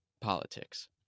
politics